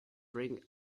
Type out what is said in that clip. bring